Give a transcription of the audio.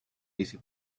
easy